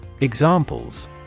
Examples